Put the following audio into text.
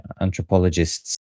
anthropologists